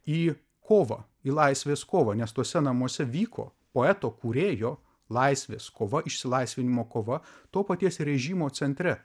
į kovą į laisvės kovą nes tuose namuose vyko poeto kūrėjo laisvės kova išsilaisvinimo kova to paties režimo centre